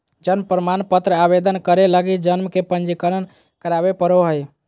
जन्म प्रमाण पत्र आवेदन करे लगी जन्म के पंजीकरण करावे पड़ो हइ